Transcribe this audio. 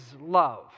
love